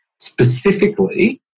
specifically